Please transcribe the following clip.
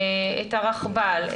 את הרכבל,